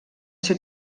ser